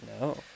No